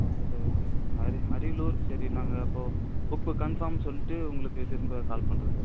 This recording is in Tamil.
ஓகே சார் ஓகே சார் அரி அரியலூர் சரி நாங்கள் இப்போ புக்கு கன்ஃபார்ம் சொல்லிட்டு உங்களுக்கு திரும்ப கால் பண்ணுறோம் சார்